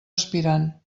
aspirant